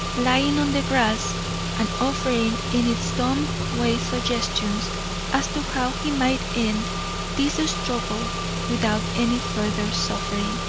lying on the grass and offering in its dumb way suggestions as to how he might end this struggle without any further suffering.